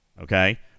okay